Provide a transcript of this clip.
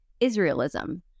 israelism